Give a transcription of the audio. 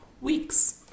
weeks